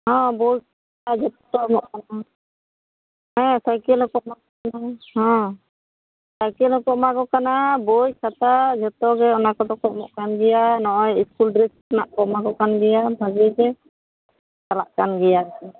ᱦᱮᱸ ᱵᱳᱭ ᱡᱚᱛᱚ ᱜᱮᱠᱚ ᱮᱢᱚᱜ ᱠᱟᱱᱟ ᱦᱮᱸ ᱥᱟᱭᱠᱮᱞ ᱦᱚᱸᱠᱚ ᱮᱢᱚᱜ ᱠᱟᱱᱟ ᱦᱚᱸ ᱥᱟᱭᱠᱮᱞ ᱦᱚᱸᱠᱚ ᱮᱢᱟᱠᱚ ᱠᱟᱱᱟ ᱵᱳᱭ ᱠᱷᱟᱛᱟ ᱡᱚᱛᱚ ᱜᱮ ᱚᱱᱟ ᱠᱚᱫᱚ ᱠᱚ ᱮᱢᱚᱜ ᱠᱟᱱ ᱜᱮᱭᱟ ᱱᱚᱜᱼᱚᱭ ᱤᱥᱠᱩᱞ ᱰᱨᱮᱥ ᱦᱚᱸᱠᱚ ᱮᱢᱟᱠᱚ ᱠᱟᱱ ᱜᱮᱭᱟ ᱵᱷᱟᱜᱮ ᱜᱮ ᱪᱟᱞᱟᱜ ᱠᱟᱱ ᱜᱮᱭᱟ ᱠᱚ